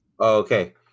Okay